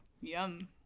Yum